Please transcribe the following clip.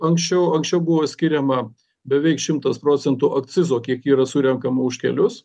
anksčiau anksčiau buvo skiriama beveik šimtas procentų akcizo kiek yra surenkama už kelius